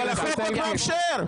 החוק כבר מאפשר את זה.